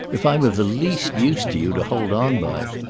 if i'm of the least use to you to hold on by!